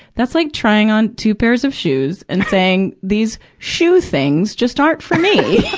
that's like trying on two pairs of shoes and saying these shoe things just aren't for me,